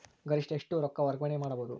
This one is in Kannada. ಗರಿಷ್ಠ ಎಷ್ಟು ರೊಕ್ಕ ವರ್ಗಾವಣೆ ಮಾಡಬಹುದು?